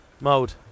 mode